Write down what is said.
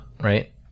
right